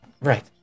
right